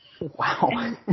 Wow